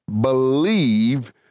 believe